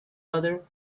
other